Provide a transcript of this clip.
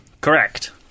Correct